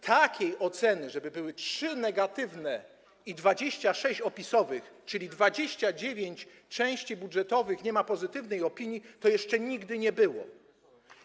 Takiej oceny, żeby były trzy negatywne i 26 opisowych - czyli 29 części budżetowych nie ma pozytywnej opinii - to jeszcze nigdy nie było.